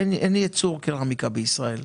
אין ייצור קרמיקה בישראל.